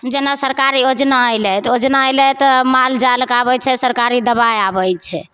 जेना सरकारी योजना अएलै तऽ योजना अएलै तऽ मालजालके आबै छै सरकारी दवाइ आबै छै